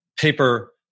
paper